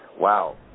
Wow